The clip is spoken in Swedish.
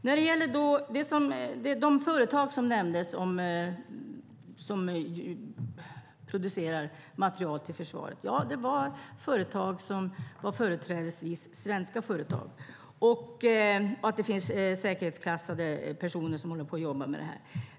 När det gäller de företag som nämndes som producerar materiel till försvaret är det företrädesvis svenska företag, och det finns säkerhetsklassade personer som jobbar med detta.